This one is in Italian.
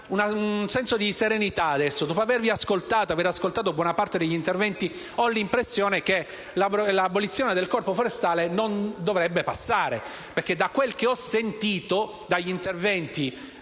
un senso di serenità: dopo aver ascoltato buona parte degli interventi, ho l'impressione che l'abolizione del Corpo forestale non dovrebbe passare. Dalla gran parte degli interventi